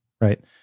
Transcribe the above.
right